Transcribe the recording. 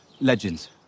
Legends